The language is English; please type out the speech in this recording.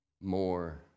more